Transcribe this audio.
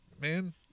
Man